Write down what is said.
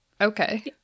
Okay